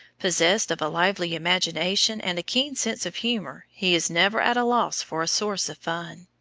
possessed of a lively imagination and a keen sense of humor, he is never at a loss for a source of fun.